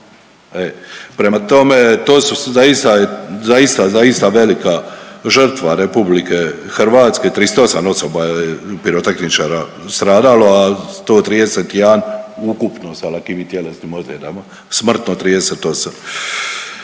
prema tome to su zaista, zaista, zaista velika žrtva RH 38 osoba je pirotehničara stradalo, a 131 ukupno sa lakim i tjelesnim osobama, smrtno 38.